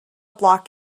block